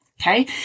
Okay